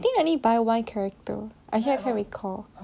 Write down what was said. I think I only buy one character I can't really recall